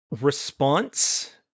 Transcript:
response